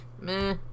Meh